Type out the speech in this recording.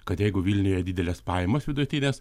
kad jeigu vilniuje didelės pajamos vidutinės